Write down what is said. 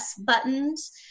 buttons